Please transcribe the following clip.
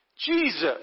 Jesus